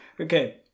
Okay